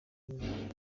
imwe